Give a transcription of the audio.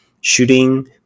shooting